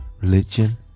religion